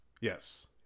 Yes